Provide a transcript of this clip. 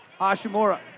Hashimura